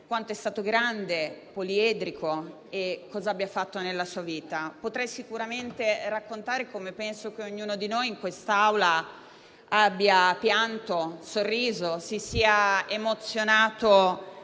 quanto sia stato grande, poliedrico e cosa abbia fatto nella sua vita. Potrei sicuramente raccontare, come penso ognuno di noi in quest'Aula, quanto abbia pianto, sorriso, mi sia emozionata